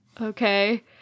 Okay